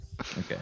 Okay